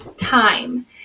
time